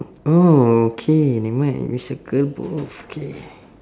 oh okay never mind we circle both K